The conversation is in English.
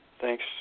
Thanks